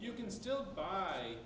you can still buy